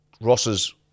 Ross's